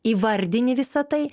įvardinti visą tai